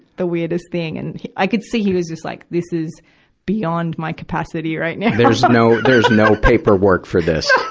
the weirdest thing. and i could see he was just like, this is beyond my capacity right now. there is no, there is no paperwork for this.